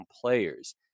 players